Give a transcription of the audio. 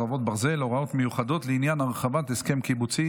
חרבות ברזל) (הוראות מיוחדות לעניין הרחבת הסכם קיבוצי